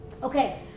Okay